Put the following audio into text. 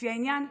לפי העניין,